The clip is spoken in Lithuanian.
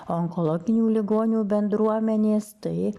onkologinių ligonių bendruomenės tai